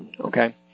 Okay